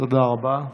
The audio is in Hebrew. תודה רבה,